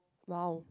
!wow!